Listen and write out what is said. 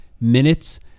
minutes